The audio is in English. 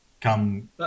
Come